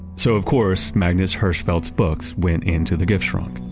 so of course, magnus hirschfeld's books went into the giftschrank.